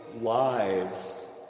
lives